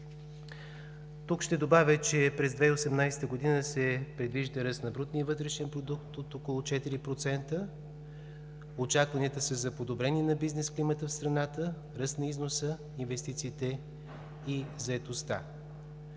Тук ще добавя, че през 2018 г. се предвижда ръст на брутния вътрешен продукт от около 4%. Очакванията са за подобрение на бизнесклимата в страната, ръст на износа, инвестициите и заетостта,